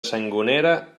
sangonera